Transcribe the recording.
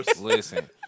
Listen